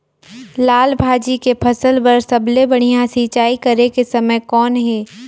लाल भाजी के फसल बर सबले बढ़िया सिंचाई करे के समय कौन हे?